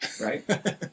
right